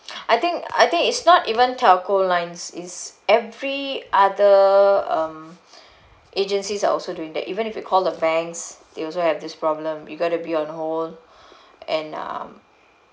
I think I think it's not even telco lines it's every other um agencies are also doing that even if you call the banks they also have this problem you got to be on hold and um